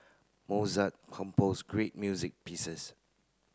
Mozart compose great music pieces